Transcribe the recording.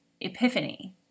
epiphany